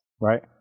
right